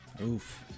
Oof